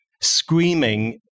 screaming